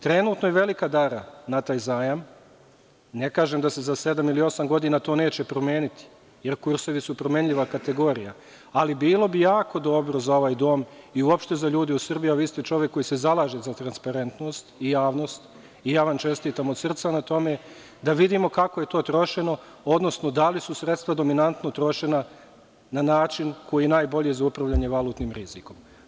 Trenutno je velika dara na taj zajam, ne kažem da se za sedam ili osam godina to neće promeniti, jer kursevi su promenljiva kategorija, ali bilo bi jako dobro za ovaj dom i uopšte za ljude u Srbiji, a vi ste čovek koji se zalaže za transparentnost i javnost i ja vam čestitam od srca na tome, da vidimo kako je to trošeno, odnosno da li su sredstva dominantno trošena na način koji je najbolji za upravljanje valutnim rizikom.